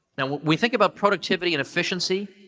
now, when we think about productivity and efficiency,